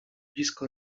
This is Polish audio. blisko